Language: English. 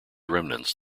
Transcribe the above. remnants